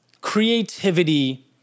Creativity